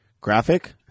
graphic